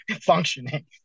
functioning